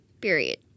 Period